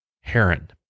heron